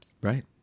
right